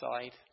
side